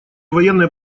военные